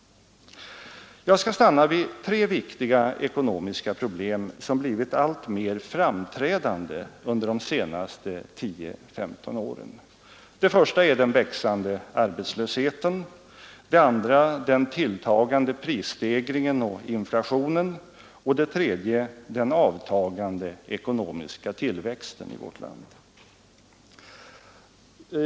Jag skall stanna vid tre viktiga ekonomiska problem som blivit alltmer framträdande under de senaste tio, femton åren. Det första är den växande arbetslösheten, det andra den tilltagande prisstegringen och inflationen och det tredje den avtagande ekonomiska tillväxten i vårt land.